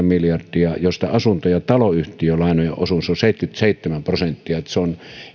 miljardia josta asunto ja taloyhtiölainojen osuus on seitsemänkymmentäseitsemän prosenttia eli se on